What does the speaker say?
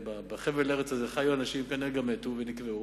בחבל ארץ הזה חיו אנשים, כנראה גם מתו ונקברו,